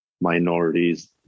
minorities